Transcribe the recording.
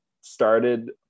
started